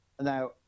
now